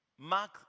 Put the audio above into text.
Mark